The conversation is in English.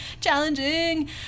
Challenging